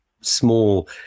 small